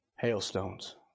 Hailstones